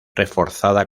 reforzada